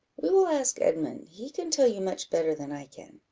we will ask edmund he can tell you much better than i can.